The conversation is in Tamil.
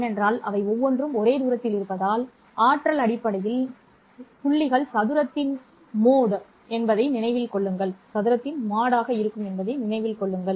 ஏனென்றால் அவை ஒவ்வொன்றும் ஒரே தூரத்தில் இருப்பதால் ஆற்றல் அடிப்படையில் புள்ளிகள் சதுரத்தின் மோட் என்பதை நினைவில் கொள்ளுங்கள்